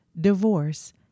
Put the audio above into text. Divorce